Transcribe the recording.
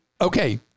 Okay